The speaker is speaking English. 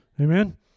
Amen